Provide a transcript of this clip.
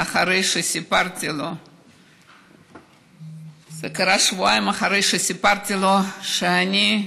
אחרי שסיפרתי לו זה קרה שבועיים אחרי שסיפרתי לו שאני,